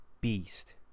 beast